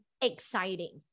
exciting